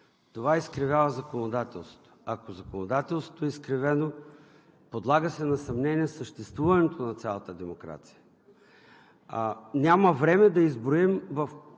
това изкривява законодателството. Ако законодателството е изкривено, се подлага на съмнение съществуването на цялата демокрация. Няма време да изброим в